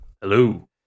Hello